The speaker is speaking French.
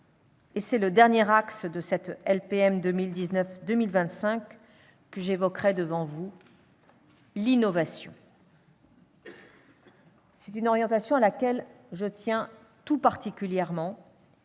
Enfin, le dernier axe de cette LPM 2019-2025 que j'évoquerai est l'innovation. C'est une orientation à laquelle je tiens tout particulièrement